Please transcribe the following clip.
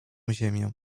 ziemię